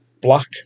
Black